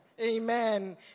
Amen